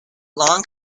long